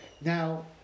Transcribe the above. Now